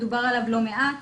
ודובר עליו לא מעט,